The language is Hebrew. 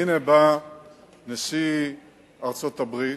והנה בא נשיא ארצות-הברית,